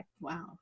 wow